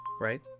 right